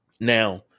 now